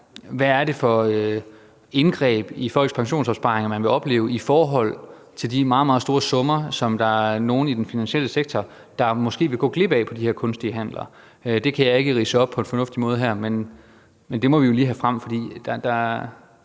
hvad det er for et indgreb i folks pensionsopsparinger, man vil opleve, i forhold til de meget, meget store summer, som der er nogle i den finansielle sektor der måske vil gå glip af i de her kunstige handler. Det kan jeg ikke ridse op på en fornuftig måde her, men det må vi jo lige have frem, for det